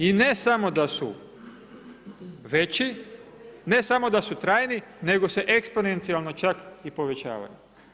I ne samo da su veći, ne samo da su trajni, nego se eksponencijalno čak i povećavaju.